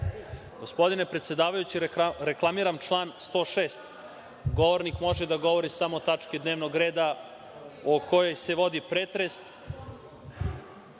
Gospodine predsedavajući, reklamiram član 106. – govornik može da govori samo o tački dnevnog reda o kojoj se vodi pretres